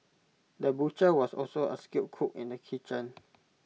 the butcher was also A skilled cook in the kitchen